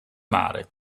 mare